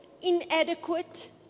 inadequate